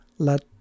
let